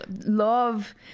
love